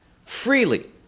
freely